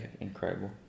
incredible